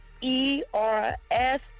E-R-S